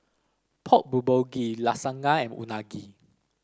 Pork Bulgogi Lasagna and Unagi